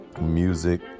music